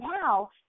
now